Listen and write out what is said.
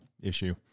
issue